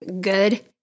good